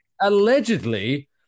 Allegedly